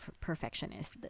perfectionist